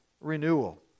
renewal